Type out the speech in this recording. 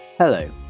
Hello